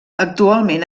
actualment